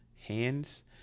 hands